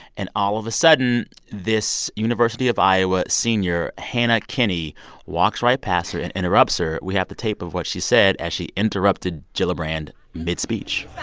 and all of a sudden, this university of iowa senior hannah kinney walks right past her and interrupts her. we have the tape of what she said as she interrupted gillibrand mid-speech.